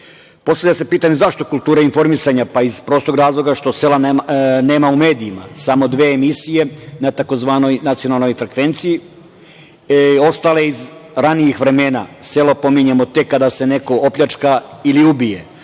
Postavlja se pitanje zašto kultura i informisanja, pa iz prostog razloga što sela nema u medijima, samo dve emisije na tzv. nacionalnoj frekvenciji, ostale iz ranijih vremena, selo pominjemo tek kada se neko opljačka ili ubije,